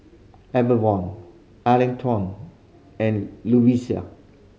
Avalon Atherton and Lovisa